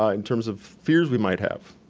ah in terms of fears we might have.